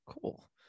Cool